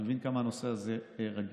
אני מבין כמה הנושא הזה רגיש,